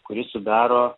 kuris sudaro